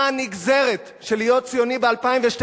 מה הנגזרת, של להיות ציוני ב-2012.